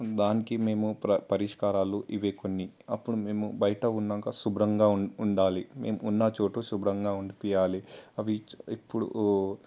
దానికి మేము పరిష్కారాలు ఇవి కొన్ని అప్పుడు మేము బయట ఉన్నాక శుభ్రంగా ఉండాలి మేము ఉన్న చోటు శుభ్రంగా ఉండిపియ్యాలి అవి ఎప్పుడూ